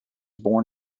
born